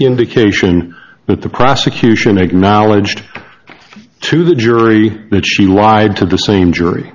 indication that the prosecution acknowledged to the jury that she lied to the same jury